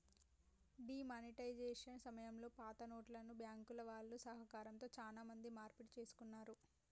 D monetisation సమయంలో పాతనోట్లను బ్యాంకుల వాళ్ళ సహకారంతో చానా మంది మార్పిడి చేసుకున్నారు